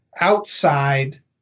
outside